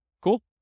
Cool